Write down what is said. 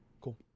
Cool